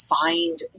find